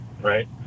right